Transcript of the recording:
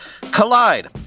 Collide